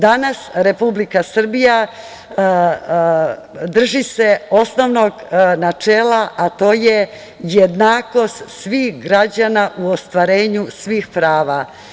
Danas Republika Srbija drži se osnovnog načela, a to je jednakost svih građana u ostvarenju svih prava.